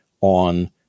on